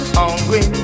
hungry